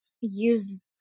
use